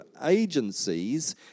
agencies